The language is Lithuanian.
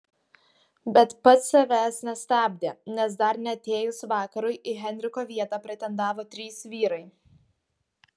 bet pats savęs nestabdė nes dar neatėjus vakarui į henriko vietą pretendavo trys vyrai